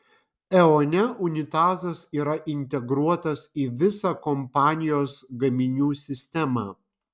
eone unitazas yra integruotas į visą kompanijos gaminių sistemą